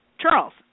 Charles